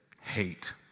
hate